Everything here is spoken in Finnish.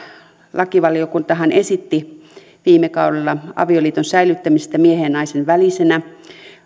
lakivaliokuntahan esitti viime kaudella avioliiton säilyttämistä miehen ja naisen välisenä